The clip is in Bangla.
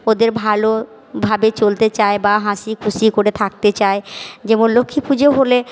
ওদের ভালোভাবে চলতে চায় বা হাসিখুশি করে থাকতে চায় যেমন লক্ষ্মী পুজো হলে